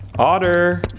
otter!